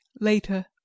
later